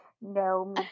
No